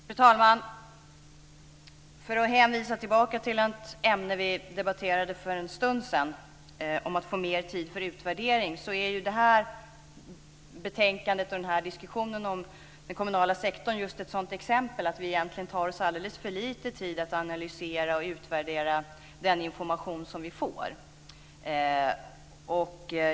Fru talman! För att hänvisa tillbaka till ett ämne som vi debatterade för en stund sedan om att få mer tid för utvärdering tycker jag att det här betänkandet och diskussionen om den kommunala sektorn just är ett exempel på att vi egentligen tar oss alldeles för lite tid att analysera och utvärdera den information som vi får.